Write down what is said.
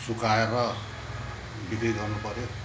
सुकाएर बिक्री गर्नु पऱ्यो